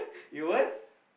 you what